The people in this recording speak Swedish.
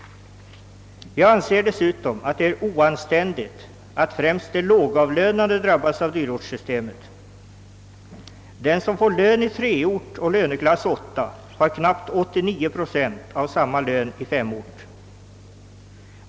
Jag anser dessutom att det är oanständigt att främst de lågavlönade drabbas av dyrortssystemet. Den som får lön i 3-ort och löneklass 8 har knappt 89 procent av samma lön i 5-ort.